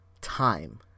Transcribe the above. time